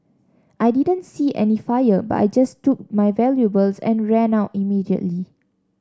I didn't see any fire but I just took my valuables and ran out immediately